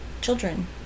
children